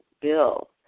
Bill